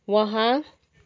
वहाँ